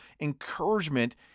encouragement